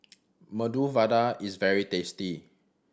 Medu Vada is very tasty